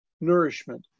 nourishment